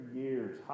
years